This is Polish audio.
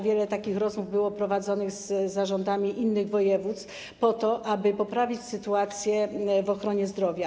Wiele takich rozmów było prowadzonych z zarządami innych województw po to, aby poprawić sytuację w ochronie zdrowia.